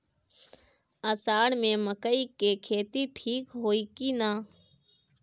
अषाढ़ मे मकई के खेती ठीक होई कि ना?